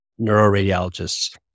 neuroradiologists